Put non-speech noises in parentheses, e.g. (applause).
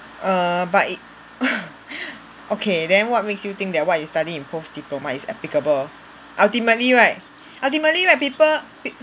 err but it (breath) okay then what makes you think that what you study in post diploma is applicable ultimately right ultimately right people pa~